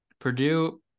Purdue